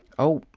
oh,